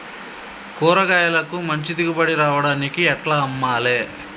కూరగాయలకు మంచి దిగుబడి రావడానికి ఎట్ల అమ్మాలే?